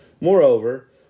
Moreover